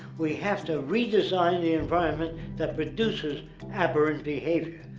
we have to redesign the environment that produces aberrant behavior.